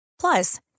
Plus